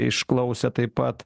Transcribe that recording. išklausė taip pat